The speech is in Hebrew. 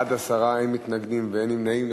בעד, 10, אין מתנגדים ואין נמנעים.